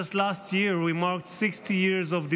‏Just last year we marked 60 years of diplomatic